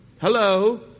Hello